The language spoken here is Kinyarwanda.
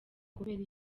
kubera